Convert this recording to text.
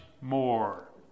more